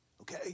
Okay